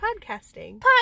podcasting